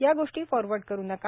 या गोष्टी फॉरवर्ड करु नका